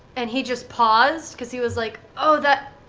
and he just paused because he was like, oh, that.